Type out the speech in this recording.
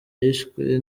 yishwe